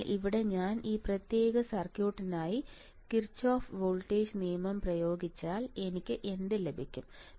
അതിനാൽ ഇവിടെ ഞാൻ ഈ പ്രത്യേക സർക്യൂട്ടിനായി കിർചോഫ് വോൾട്ടേജ് നിയമം പ്രയോഗിച്ചാൽ എനിക്ക് എന്ത് ലഭിക്കും